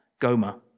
Goma